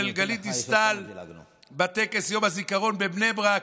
גלית דיסטל בטקס יום הזיכרון בבני ברק,